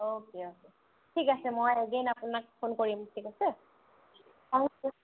okay ঠিক আছে এদিন আপোনাক মই ফোন কৰিম ঠিক আছে